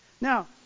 Now